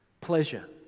Pleasure